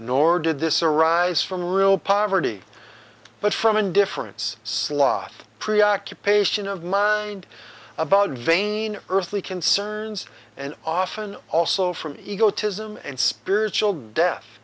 nor did this arise from real poverty but from indifference slot preoccupation of mind about vain earthly concerns and often also from ego tism and spiritual death